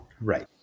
right